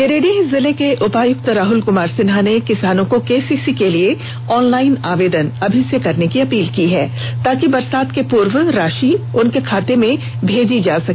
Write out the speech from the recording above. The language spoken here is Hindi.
गिरिडीह जिले के उपायुक्त राहल कुमार सिन्हा ने किसानों से केसीसी के लिए ऑनलाइन आवेदन अभी से करने की अपील की है ताकि बरसात के पूर्व राशि उनके खाते में भेजी जा सके